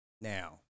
Now